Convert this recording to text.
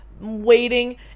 waiting